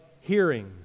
hearing